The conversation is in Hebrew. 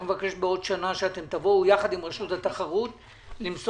אבל נבקש שתבואו בעוד שנה יחד עם רשות התחרות כדי להגיד